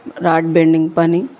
rod bending పని